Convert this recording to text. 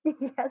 Yes